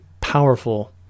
powerful